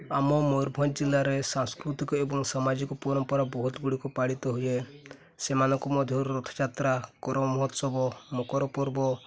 ଆମ ମୟୂରଭଞ୍ଜ ଜିଲ୍ଲାରେ ସାଂସ୍କୃତିକ ଏବଂ ସାମାଜିକ ପରମ୍ପରା ବହୁତ ଗୁଡ଼ିକ ପାଳିତ ହୁଏ ସେମାନଙ୍କ ମଧ୍ୟରୁ ରଥଯାତ୍ରା କରମ ମହୋତ୍ସବ ମକର ପର୍ବ